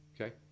Okay